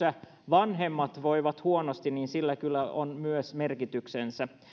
vanhemmat voivat huonosti on kyllä merkityksensä